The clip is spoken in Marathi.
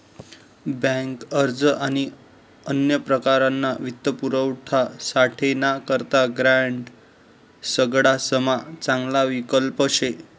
बँक अर्ज आणि अन्य प्रकारना वित्तपुरवठासाठे ना करता ग्रांड सगडासमा चांगला विकल्प शे